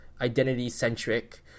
identity-centric